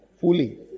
fully